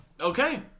okay